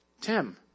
Tim